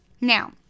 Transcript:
Now